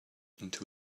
into